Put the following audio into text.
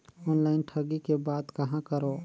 Online ठगी के बाद कहां करों?